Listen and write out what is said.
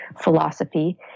philosophy